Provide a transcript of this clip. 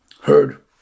heard